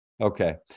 Okay